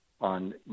on